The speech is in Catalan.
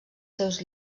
seus